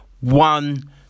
One